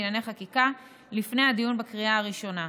לענייני חקיקה לפני הדיון בקריאה הראשונה.